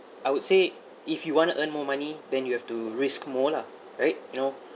I would say if you want to earn more money then you have to risk more lah right you know